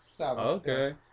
Okay